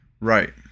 Right